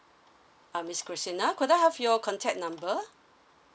uh miss christina could I have your contact number